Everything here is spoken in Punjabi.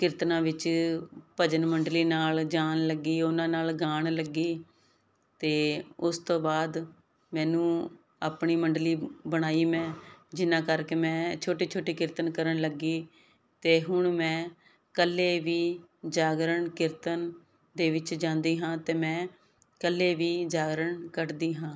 ਕੀਰਤਨਾਂ ਵਿੱਚ ਭਜਨ ਮੰਡਲੀ ਨਾਲ ਜਾਣ ਲੱਗੀ ਉਹਨਾਂ ਨਾਲ ਗਾਣ ਲੱਗੀ ਤੇ ਉਸ ਤੋਂ ਬਾਅਦ ਮੈਨੂੰ ਆਪਣੀ ਮੰਡਲੀ ਬਣਾਈ ਮੈਂ ਜਿੰਨਾ ਕਰਕੇ ਮੈਂ ਛੋਟੇ ਛੋਟੇ ਕੀਰਤਨ ਕਰਨ ਲੱਗੀ ਤੇ ਹੁਣ ਮੈਂ ਕੱਲੇ ਵੀ ਜਾਗਰਨ ਕੀਰਤਨ ਦੇ ਵਿੱਚ ਜਾਂਦੀ ਹਾਂ ਤੇ ਮੈਂ ਕੱਲੇ ਵੀ ਜਾਗਰਣ ਕੱਢਦੀ ਹਾਂ